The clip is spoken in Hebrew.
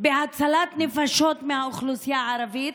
בהצלת נפשות מהאוכלוסייה הערבית,